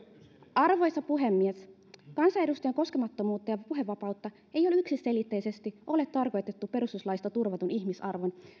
arvoisa puhemies kansanedustajan koskemattomuutta ja puhevapautta ei yksiselitteisesti ole tarkoitettu perustuslaissa turvatun ihmisarvon